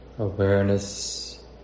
Awareness